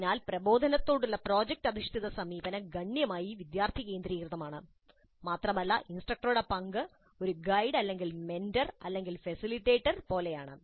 അതിനാൽ പ്രബോധനത്തോടുള്ള പ്രോജക്റ്റ് അധിഷ്ഠിത സമീപനം ഗണ്യമായി വിദ്യാർത്ഥി കേന്ദ്രീകൃതമാണ് മാത്രമല്ല ഇൻസ്ട്രക്ടറുടെ പങ്ക് ഒരു ഗൈഡ് മെന്റർ അല്ലെങ്കിൽ ഫെസിലിറ്റേറ്റർ പോലെയാണ്